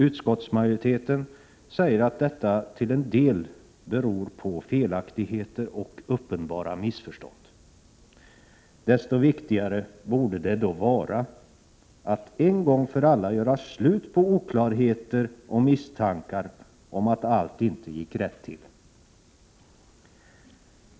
Utskottsmajoriteten säger att detta till en del beror på felaktigheter och uppenbara missförstånd. Desto viktigare borde det då vara att en gång för alla göra slut på oklarheter och misstankar om att allt inte gick rätt till.